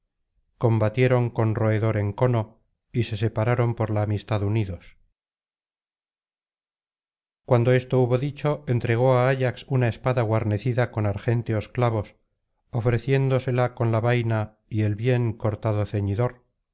combatieron con roedor encono y se separaron por la amistad unidos cuando esto hubo dicho entregó á ayax una espada guarnecida con argénteos clavos ofreciéndosela con la vaina y el bien cortado ceñidor